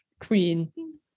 queen